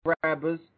grabbers